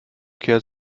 kerl